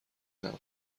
نبود